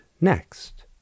Next